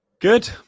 good